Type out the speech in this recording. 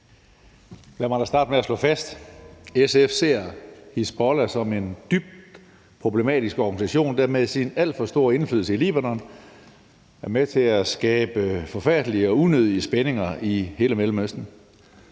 Lad mig da starte med at slå fast, at SF ser Hizbollah som en dybt problematisk organisation, der med sin alt for store indflydelse i Libanon er med til at skabe forfærdelige og unødige spændinger i hele Mellemøsten.